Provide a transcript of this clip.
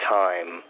time